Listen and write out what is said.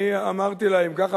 אני אמרתי להם: אם ככה,